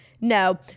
No